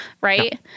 right